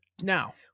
Now